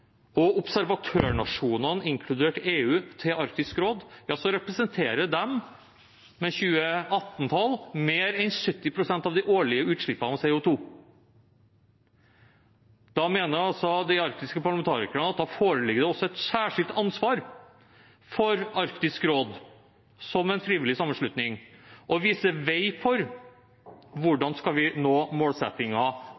og observatørnasjonene, inkludert EU, til Arktisk råd, representerer de, med 2018-tall, mer enn 70 pst. av de årlige utslippene av CO 2 . Da mener de arktiske parlamentarikerne at det også påligger et særskilt ansvar for Arktisk råd, som en frivillig sammenslutning, for å vise vei for